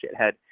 shithead